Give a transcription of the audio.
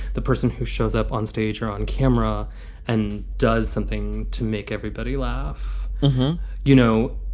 the person who shows up on stage or on camera and does something to make everybody laugh you know,